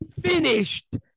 finished